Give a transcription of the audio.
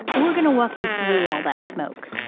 and we're going to walk you through all that smoke.